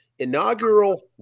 inaugural